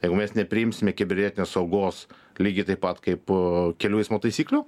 jeigu mes nepriimsime kibernetinės saugos lygiai taip pat kaip kelių eismo taisyklių